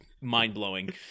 mind-blowing